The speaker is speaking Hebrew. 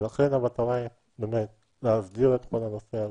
ולכן, המטרה היא באמת להסדיר את כל הנושא הזה.